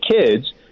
kids